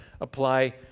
apply